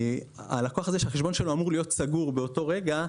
והלקוח הזה שהחשבון שלו אמור להיות סגור באותו רגע,